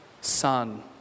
son